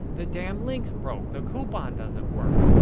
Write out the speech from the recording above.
the damn link's broke, the coupon doesn't work.